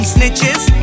Snitches